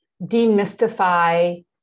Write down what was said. demystify